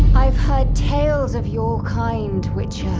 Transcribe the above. i've heard tales of your kind, witcher.